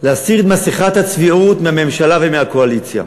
להסיר את מסכת הצביעות מהממשלה ומהקואליציה.